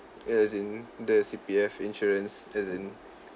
as in the C_P_F insurance as in